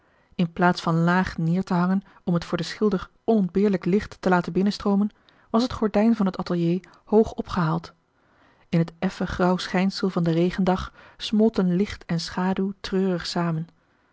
in plaats van laag neer te hangen om het voor den schilder onontbeerlijk licht te laten binnenstroomen was het gordijn van het atelier hoog opgehaald in het effen grauw schijnsel van den regendag smolten licht en schaduw treurig samen